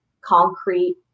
concrete